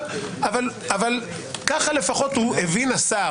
אבל כך לפחות הבין השר.